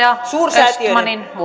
suursäätiöiden